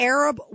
Arab